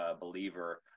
believer